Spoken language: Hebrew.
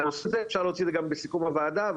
אפשר להוציא גם בסיכום הוועדה,